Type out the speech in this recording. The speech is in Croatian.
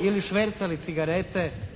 ili švercali cigarete,